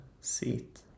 seat